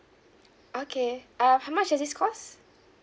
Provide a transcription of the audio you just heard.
okay err how much is this cost